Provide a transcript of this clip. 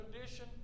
condition